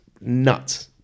nuts